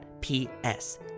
P-S